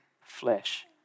flesh